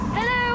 Hello